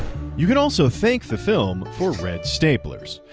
you could also thank the film for red staplers.